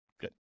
Good